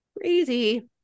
Crazy